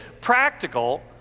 practical